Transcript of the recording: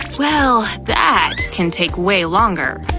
well, that can take way longer.